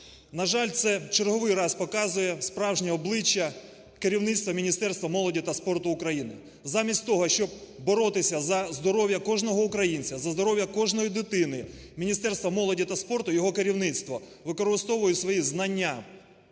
На жаль, це в черговий раз показує, справжнє обличчя керівництва Міністерства молоді та спорту України. Замість того, щоб боротися за здоров'я кожного українця, за здоров'я кожної дитини, Міністерство молоді та спорту, його керівництво використовує свої знання